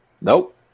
Nope